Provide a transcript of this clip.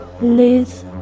liz